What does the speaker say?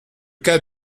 cas